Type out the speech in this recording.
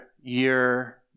year